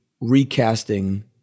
recasting